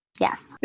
Yes